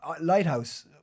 lighthouse